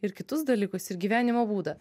ir kitus dalykus ir gyvenimo būdą